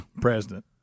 President